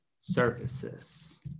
services